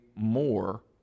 more